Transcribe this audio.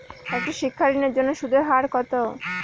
একটি শিক্ষা ঋণের জন্য সুদের হার কত?